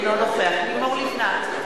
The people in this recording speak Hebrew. אינו נוכח לימור לבנת,